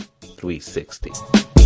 360